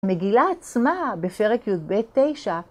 מגילה עצמה בפרק יב' 9